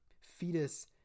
fetus